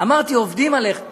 כל דבר שאתה אומר אני זוכר.